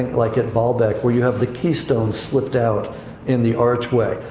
like at baalbek, where you have the keystone slipped out in the archway,